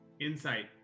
Insight